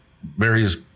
various